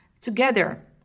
together